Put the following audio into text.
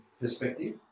perspective